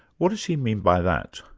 what does he mean by that?